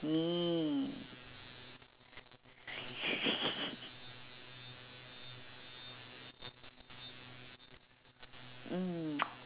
me